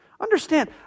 Understand